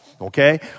okay